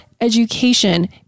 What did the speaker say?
education